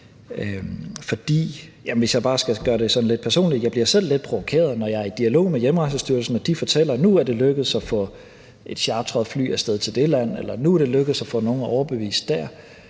selv bliver lidt provokeret, når jeg er i dialog med Hjemrejsestyrelsen og de fortæller, at nu er det lykkedes at få et chartret fly af sted til dét land, eller nu er det lykkedes at få nogen overbevist dér.